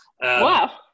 Wow